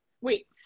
Wait